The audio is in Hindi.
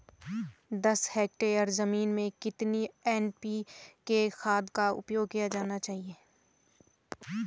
दस हेक्टेयर जमीन में कितनी एन.पी.के खाद का उपयोग किया जाना चाहिए?